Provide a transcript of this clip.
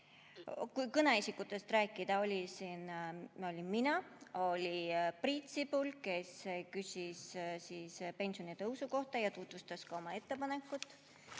kõneisikutest rääkida, siis olin mina. Oli Priit Sibul, kes küsis pensionitõusu kohta ja tutvustas oma ettepanekut.